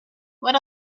what